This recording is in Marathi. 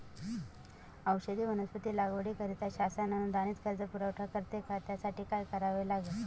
औषधी वनस्पती लागवडीकरिता शासन अनुदानित कर्ज पुरवठा करते का? त्यासाठी काय करावे लागेल?